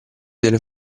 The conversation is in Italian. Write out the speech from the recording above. delle